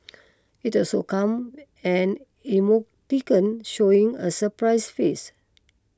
it also come an emoticon showing a surprise face